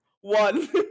one